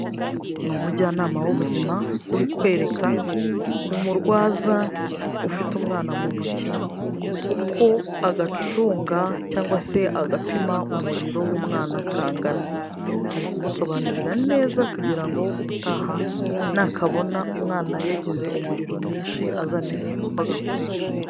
Ni umujyanama w'ubuzima, uri kwereka umurwaza ufite umwana mu ntoki, uko agacunga cyangwa se agapima umuriro w'umwana kangana. Ari kumusobanurira neza kugira ngo ubutaha nakabona umwana yagize umuriro mwinshi, azamenye uko agakoresha.